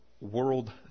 world